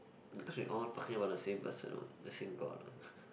cause we all talking about the same person what the same god ah